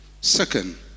Second